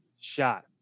shot